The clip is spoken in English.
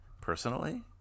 Personally